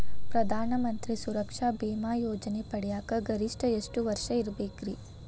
ಪ್ರಧಾನ ಮಂತ್ರಿ ಸುರಕ್ಷಾ ಭೇಮಾ ಯೋಜನೆ ಪಡಿಯಾಕ್ ಗರಿಷ್ಠ ಎಷ್ಟ ವರ್ಷ ಇರ್ಬೇಕ್ರಿ?